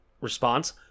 response